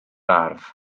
ardd